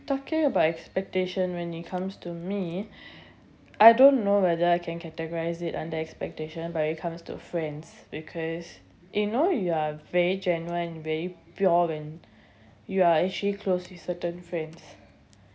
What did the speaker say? talking about expectations when it comes to me I don't know whether I can categorize it under expectation but it comes to friends because you know you are very genuine very pure when you are actually close with certain friends